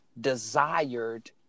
desired